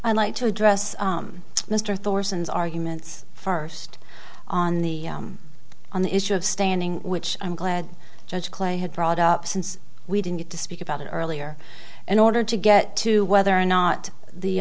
i'd like to address mr thorson's arguments first on the on the issue of standing which i'm glad judge clay had brought up since we didn't get to speak about it earlier in order to get to whether or not the